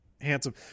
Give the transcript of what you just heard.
handsome